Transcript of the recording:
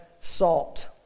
Salt